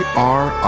are.